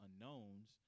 unknowns